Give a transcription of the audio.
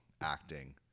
acting